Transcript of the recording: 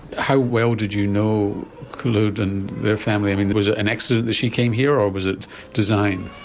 how well did you know khulod and their family, i mean was it an accident that she came here or was it design?